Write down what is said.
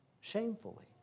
shamefully